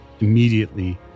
immediately